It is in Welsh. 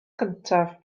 cyntaf